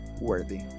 worthy